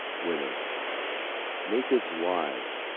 women natives' wives